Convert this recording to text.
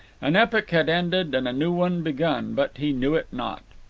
an epoch had ended and a new one begun, but he knew it not.